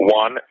one